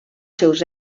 seus